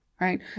right